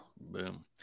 Boom